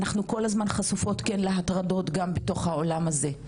אנחנו כל הזמן חשופות להטרדות, גם בתוך העולם הזה.